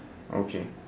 okay